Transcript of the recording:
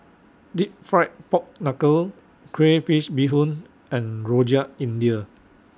Deep Fried Pork Knuckle Crayfish Beehoon and Rojak India